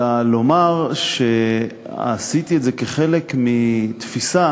אלא לומר שעשיתי את זה כחלק מתפיסה